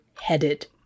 headed